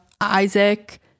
Isaac